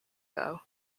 though